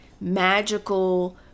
magical